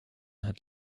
had